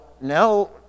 now